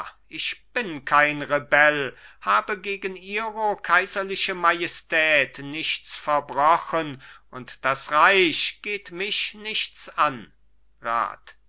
ich bin kein rebell habe gegen ihro kaiserliche majestät nichts verbrochen und das reich geht mich nichts an